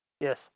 Yes